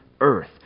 earth